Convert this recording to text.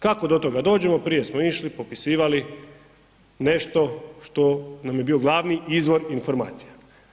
Kako do toga dođemo, prije smo išli, popisivali nešto što nam je bio glavni izvor informacija.